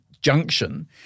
junction